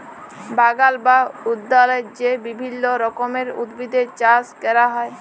বাগাল বা উদ্যালে যে বিভিল্য রকমের উদ্ভিদের চাস ক্যরা হ্যয়